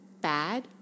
Bad